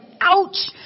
ouch